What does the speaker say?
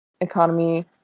economy